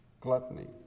gluttony